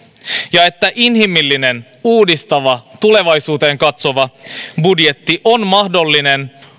ja että inhimillinen uudistava tulevaisuuteen katsova budjetti on mahdollinen